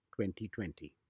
2020